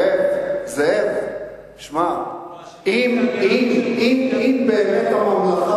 זאב אלקין (הליכוד): באופן מפתיע מאוד,